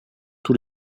tous